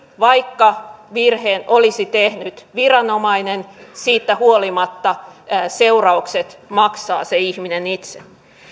vaikka virheen olisi tehnyt viranomainen siitä huolimatta seuraukset maksaa se ihminen itse